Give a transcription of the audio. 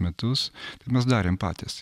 metus mes darėm patys